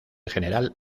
general